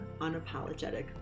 Unapologetic